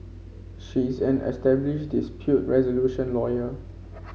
she is an established dispute resolution lawyer